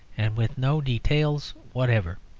and with no details whatever.